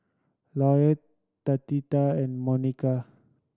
Lloyd Tatia and Monika